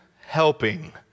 helping